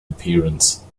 appearance